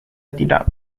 tidak